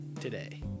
today